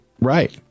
Right